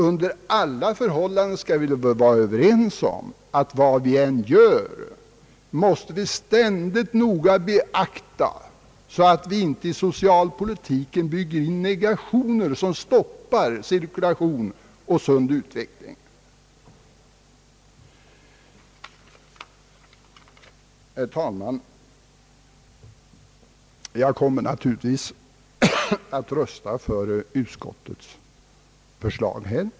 Under alla förhållanden skall vi vara överens om att vad vi än gör måste vi akta oss väldigt noga så att vi icke i socialpolitiken i onödan bygger in negationer, vilka stoppar cirkulation och sund utveckling. Herr talman, jag kommer naturligtvis att rösta för utskottets förslag.